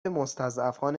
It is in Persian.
مستضعفان